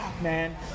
man